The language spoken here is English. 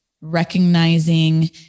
recognizing